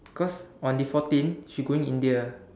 cause on the fourteen she going India